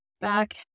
back